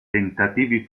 tentativi